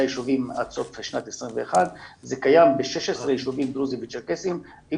ישובים עד סוף שנת 2021. זה קיים ב-16 ישובים דרוזים וצ'רקסים עם